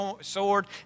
sword